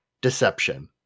deception